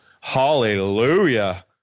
Hallelujah